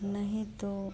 नहीं तो